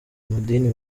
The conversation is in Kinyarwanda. amadini